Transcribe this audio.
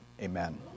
amen